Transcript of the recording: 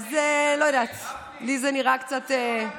אז לא יודעת, לי זה נראה קצת, גפני,